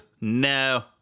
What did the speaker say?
No